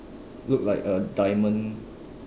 look like a diamond